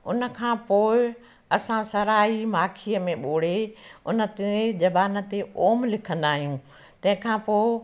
हुन खां पोइ असां साराई माखीअ में ॿोड़े हुन तूए जबान ते ओम लिखंदा आहियूं तंहिंखां पोइ